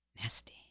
Nasty